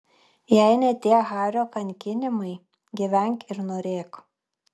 jei ne tie hario kankinimai gyvenk ir norėk